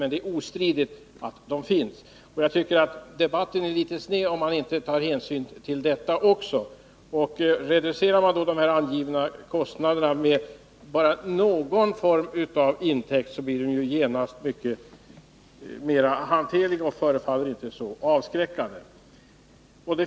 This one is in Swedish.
Men det är ostridigt att intäkter finns. Debatten blir litet sned, om man inte tar hänsyn även till detta. Reducerar man de angivna kostnaderna med bara någon form av intäkter, blir kostnaderna genast mycket mer hanterliga och förefaller inte så avskräckande.